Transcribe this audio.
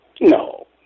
no